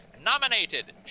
nominated